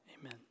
Amen